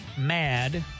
mad